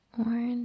orange